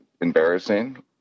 embarrassing